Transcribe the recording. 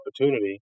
opportunity